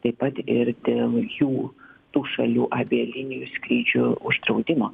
taip pat ir dėl jų tų šalių avialinijų skrydžių uždraudimo